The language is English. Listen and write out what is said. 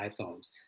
iPhones